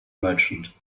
merchant